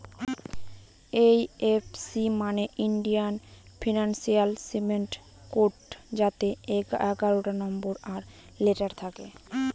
IFC মানে Indian financial system code যাতে এগারোটা নম্বর আর লেটার থাকে